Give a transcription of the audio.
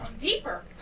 deeper